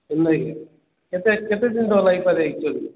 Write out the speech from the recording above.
ହେଲେ କେତେ କେତେଦିନ ଲାଗିପାରେ ଆକ୍ଚୁଆଲି